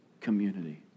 community